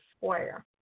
square